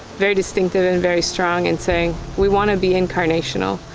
very distinctive and very strong in saying, we want to be incarnational.